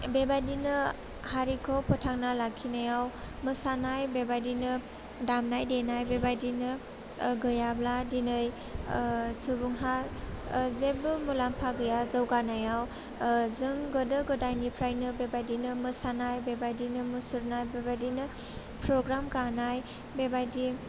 बेबायदिनो हारिखौ फोथांना लाखिनायाव मोसानाय बेबायदिनो दामनाय देनाय बेबायदिनो ओह गैयाब्ला दिनै ओह सुबुंहा ओह जेबबो मुलुम्फा गैया जौगानायाव ओह जों गोदो गोदाइनिफ्राइनो बेबायदिनो मोसानाय बेबायदिनो मुसुरनाय बेबायदिनो पग्राम गान्नाय बेबायदि